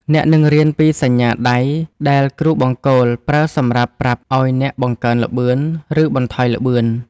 អ្នកនឹងរៀនពីសញ្ញាដៃដែលគ្រូបង្គោលប្រើសម្រាប់ប្រាប់ឱ្យអ្នកបង្កើនល្បឿន ឬបន្ថយល្បឿន។